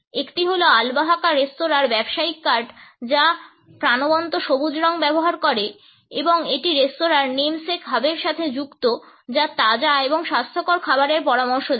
একটি হল আলবাহাকা রেস্তোরাঁর ব্যবসায়িক কার্ড যা প্রাণবন্ত সবুজ রঙ ব্যবহার করে এবং এটি রেস্তোরাঁর নামসেক হাবের সাথে যুক্ত যা তাজা এবং স্বাস্থ্যকর খাবারের পরামর্শ দেয়